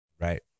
Right